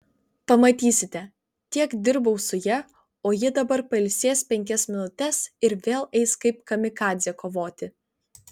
pamatysite tiek dirbau su ja o ji dabar pailsės penkias minutes ir vėl eis kaip kamikadzė kovoti